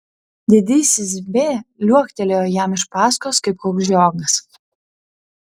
didysis b liuoktelėjo jam iš paskos kaip koks žiogas